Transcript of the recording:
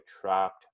trapped